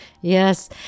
Yes